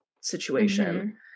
situation